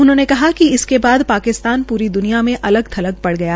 उन्होंने कहा कि इसके बाद पाकिस्तान पूरी दुनिया मे अलग थलग पड़ गय